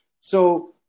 So-